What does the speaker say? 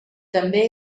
també